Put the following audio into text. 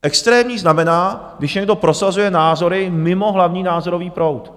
Extrémní znamená, když někdo prosazuje názory mimo hlavní názorový proud.